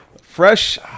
fresh